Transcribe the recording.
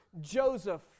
Joseph